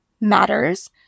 matters